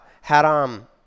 Haram